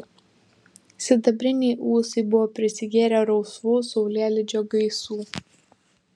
sidabriniai ūsai buvo prisigėrę rausvų saulėlydžio gaisų